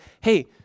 hey